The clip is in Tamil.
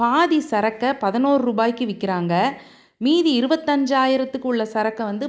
பாதி சரக்கை பதினோர் ருபாய்க்கு விற்கிறாங்க மீதி இருபத்தஞ்சாயிரத்துக்குள்ள சரக்கை வந்து